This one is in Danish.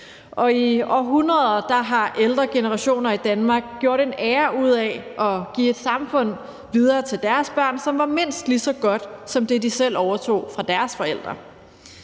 Og i århundreder har ældre generationer i Danmark sat en ære i at give et samfund videre til deres børn, som var mindst lige så godt som det, de selv overtog fra deres forældre.